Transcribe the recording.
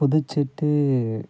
குதிச்சுட்டு